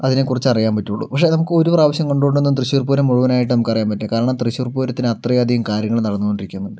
അതിനെക്കുറിച്ച് അറിയാന് പറ്റുള്ളൂ പക്ഷെ നമുക്കൊരു പ്രാവശ്യം കണ്ടതുകൊണ്ടൊന്നും തൃശ്ശൂര് പൂരം മുഴുവനായിട്ട് നമുക്കറിയാന് പറ്റില്ല കാരണം തൃശ്ശൂര് പൂരത്തിന് അത്രയധികം കാര്യങ്ങള് നടന്നു കൊണ്ടിരിക്കുന്നുണ്ട്